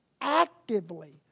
Actively